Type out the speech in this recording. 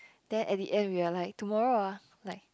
then at the end we are like tomorrow ah like